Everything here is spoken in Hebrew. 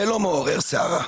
זה לא מעורר סערה,